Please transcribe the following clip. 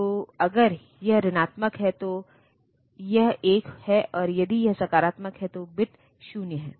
तो अगर यह ऋणात्मक है तो यह 1 है और यदि यह सकारात्मक है तो बिट 0 है